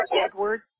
Edward